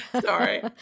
Sorry